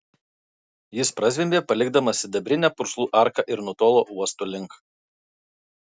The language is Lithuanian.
jis prazvimbė palikdamas sidabrinę purslų arką ir nutolo uosto link